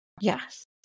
yes